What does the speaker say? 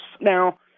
Now